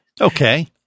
Okay